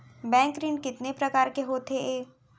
Bank ऋण कितने परकार के होथे ए?